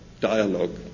dialogue